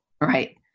right